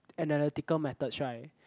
analytical methods right